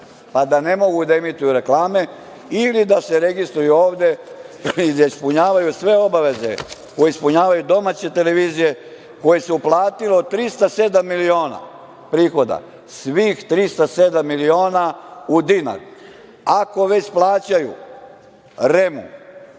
pa da ne mogu da emituju reklame ili da se registruju ovde i da ispunjavaju sve obaveze koje ispunjavaju domaće televizije koje su uplatile 307 miliona prihoda, svih 307 miliona u dinara. Ako već plaćaju REM-u,